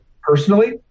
Personally